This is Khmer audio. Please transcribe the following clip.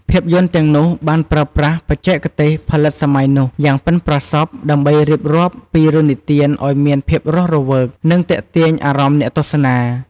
ភាពយន្តទាំងនោះបានប្រើប្រាស់ បច្ចេកទេសផលិតសម័យនោះ យ៉ាងប៉ិនប្រសប់ ដើម្បីរៀបរាប់ពីរឿងនិទានឲ្យមានភាពរស់រវើក និងទាក់ទាញអារម្មណ៍អ្នកទស្សនា។